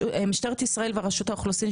משטרת ישראל ורשות האוכלוסין,